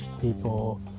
people